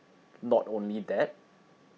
not only that